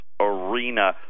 arena